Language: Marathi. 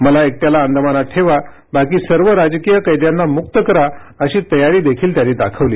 मला एकट्याला अंदमानात ठेवा बाकी सर्व राजकीय कैद्यांना मुक्त करा अशी तयारी देखील त्यांनी दाखवली